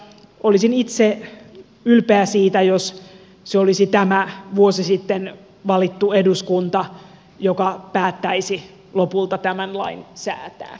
olisin itse ylpeä siitä jos se olisi tämä vuosi sitten valittu eduskunta joka päättäisi lopulta tämän lain säätää